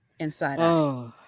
inside